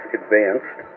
advanced